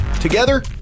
Together